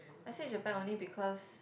I say Japan only because